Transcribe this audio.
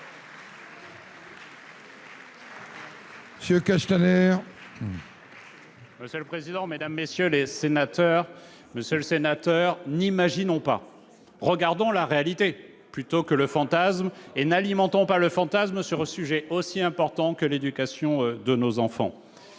des relations avec le Parlement. Monsieur le sénateur, n'imaginons pas, regardons la réalité plutôt que le fantasme, et n'alimentons pas le fantasme sur un sujet aussi important que l'éducation de nos enfants.